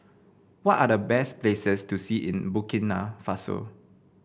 what are the best places to see in Burkina Faso